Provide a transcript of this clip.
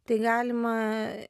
tai galima